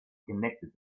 connected